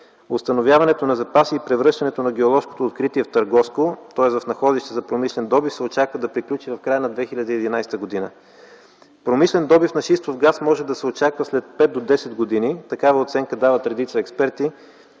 Установяването на запаси и превръщането на геоложкото откритие в търговско, тоест в находище за промишлен добив, се очаква да приключи в края на 2011 г. Промишлен добив на шистов газ може да се очаква след пет до десет години – такава оценка дават редица експерти,